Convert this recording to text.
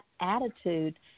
attitude